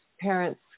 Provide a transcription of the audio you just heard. parents